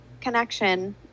connection